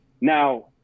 Now